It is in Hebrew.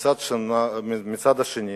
מהצד השני,